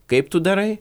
kaip tu darai